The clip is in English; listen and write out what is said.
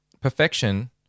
perfection